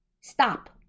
stop